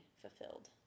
fulfilled